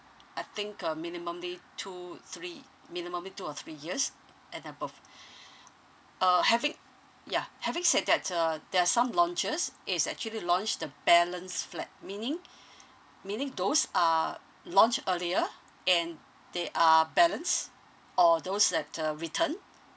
I think uh minimumly two three minimumly two or three years and above uh having ya having said that uh there're some launches it's actually launch the balance flat meaning meaning those are launched earlier and they are balance or those that uh returned